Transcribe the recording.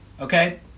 Okay